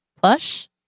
Plush